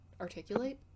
articulate